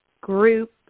group